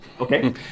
Okay